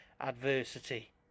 adversity